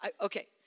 Okay